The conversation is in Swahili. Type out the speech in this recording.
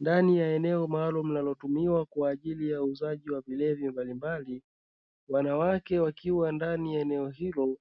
Ndani ya eneo maalumu linalotumiwa kwaajili ya uuzaji wa vilevi mbalimbali wanawake wakiwa ndani ya eneo hilo,